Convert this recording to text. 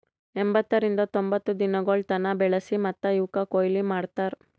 ಎಂಬತ್ತರಿಂದ ತೊಂಬತ್ತು ದಿನಗೊಳ್ ತನ ಬೆಳಸಿ ಮತ್ತ ಇವುಕ್ ಕೊಯ್ಲಿ ಮಾಡ್ತಾರ್